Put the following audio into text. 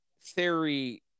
Theory